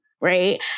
right